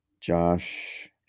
Josh